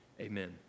Amen